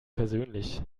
persönlich